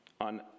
on